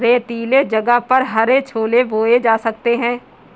रेतीले जगह पर हरे छोले बोए जा सकते हैं